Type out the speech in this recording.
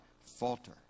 falter